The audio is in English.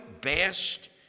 best